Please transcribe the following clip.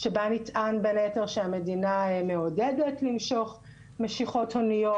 שבה נטען בין היתר שהמדינה מעודדת למשוך משיכות הוניות,